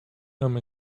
come